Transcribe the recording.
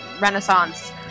renaissance